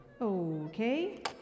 Okay